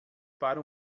para